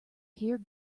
hear